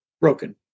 broken